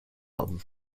arm